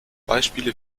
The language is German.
beispiele